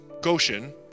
Goshen